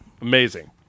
Amazing